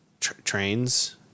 trains